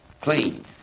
clean